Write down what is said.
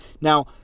Now